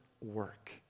work